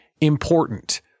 important